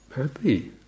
happy